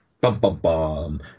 Bum-bum-bum